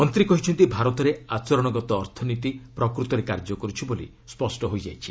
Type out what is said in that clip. ମନ୍ତ୍ରୀ କହିଛନ୍ତି ଭାରତରେ ଆଚରଣଗତ ଅର୍ଥନୀତି ପ୍ରକୃତରେ କାର୍ଯ୍ୟ କରୁଛି ବୋଲି ସ୍ୱଷ୍ଟ ହୋଇଯାଇଛି